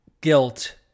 guilt